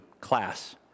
class